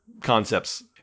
concepts